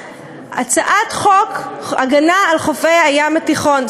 הצעת חוק הגנה על חופי הים התיכון,